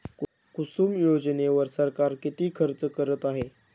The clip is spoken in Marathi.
कुसुम योजनेवर सरकार किती खर्च करत आहे?